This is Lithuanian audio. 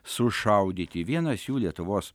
sušaudyti vienas jų lietuvos